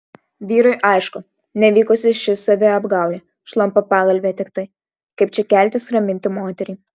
vyrui aišku nevykusi ši saviapgaulė šlampa pagalvė tiktai kaip čia keltis raminti moterį